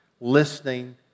listening